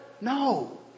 No